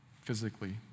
physically